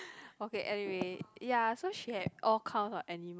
okay anyway ya she had all cow or any